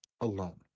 alone